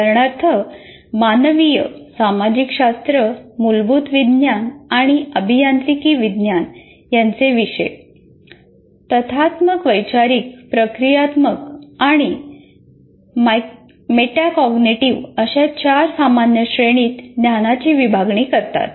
उदाहरणार्थ मानविय सामाजिक शास्त्र मूलभूत विज्ञान आणि अभियांत्रिकी विज्ञान यांचे विषय तथ्यात्मक वैचारिक प्रक्रियात्मक आणि मेटाकॉग्निटीव्ह अशा चार सामान्य श्रेणीत ज्ञानाची विभागणी करतात